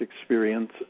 experience